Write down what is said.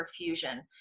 perfusion